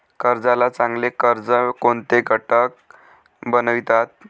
कर्जाला चांगले कर्ज कोणते घटक बनवितात?